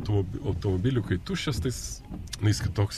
tų automobilių kai tuščias tai jis na jis kitoks